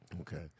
Okay